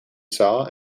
saw